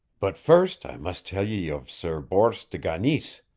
but first i must tell ye of sir bors de ganis,